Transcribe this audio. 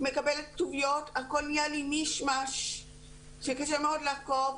מקבלת כתוביות והכל נהיה לי מיש-מש שקשה מאוד לעקוב.